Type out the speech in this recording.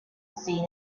see